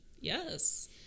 Yes